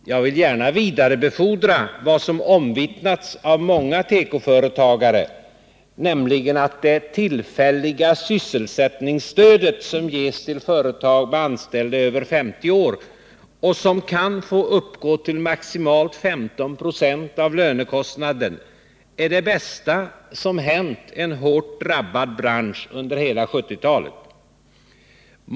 Jag vill gärna vidarebefordra vad som omvittnats av många tekoföretagare, nämligen att det tillfälliga sysselsättningsstöd som ges till företag med anställda över 50 år och som kan få uppgå till maximalt 15 96 av lönekostnaden är det bästa som hänt en hårt drabbad bransch under hela 1970-talet.